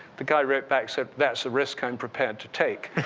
the guy wrote back said, that's the risk i'm prepared to take.